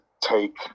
take